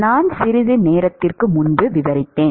நான் சிறிது நேரத்திற்கு முன்பு விவரித்தேன்